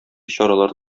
чаралар